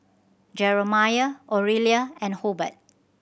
Jeremiah Orelia and Hobart